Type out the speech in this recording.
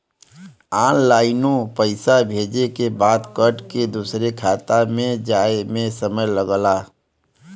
ऑनलाइनो पइसा भेजे के बाद कट के दूसर खाते मे जाए मे समय लगला